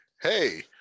hey